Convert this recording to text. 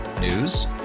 News